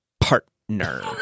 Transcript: partner